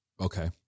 Okay